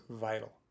vital